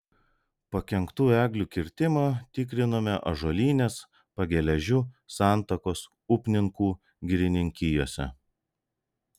pakenktų eglių kirtimą tikrinome ąžuolynės pageležių santakos upninkų girininkijose